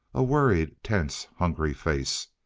a worried, tense, hungry face.